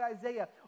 Isaiah